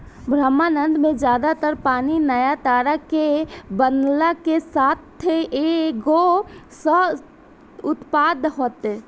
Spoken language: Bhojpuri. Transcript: ब्रह्माण्ड में ज्यादा तर पानी नया तारा के बनला के साथ के एगो सह उत्पाद हटे